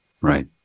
right